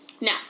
Now